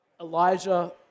Elijah